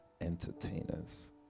entertainers